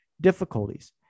difficulties